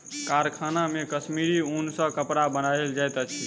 कारखाना मे कश्मीरी ऊन सॅ कपड़ा बनायल जाइत अछि